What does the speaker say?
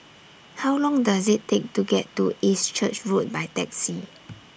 How Long Does IT Take to get to East Church Road By Taxi